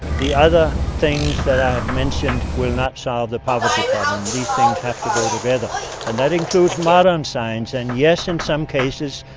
the other things that i have mentioned will not solve the poverty problem. these things have to go together and that includes modern science and yes, in some cases,